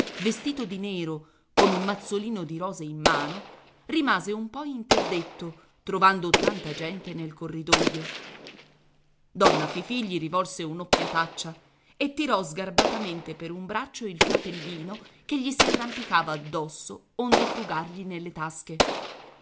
vestito di nero con un mazzolino di rose in mano rimase un po interdetto trovando tanta gente nel corridoio donna fifì gli rivolse un'occhiataccia e tirò sgarbatamente per un braccio il fratellino che gli si arrampicava addosso onde frugargli nelle tasche